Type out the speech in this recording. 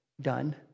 done